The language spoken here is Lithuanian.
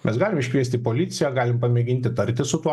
mes galim iškviesti policiją galim pamėginti tartis su tuo